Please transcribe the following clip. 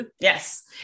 Yes